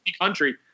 country